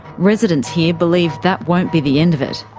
residents here believe that won't be the end of it.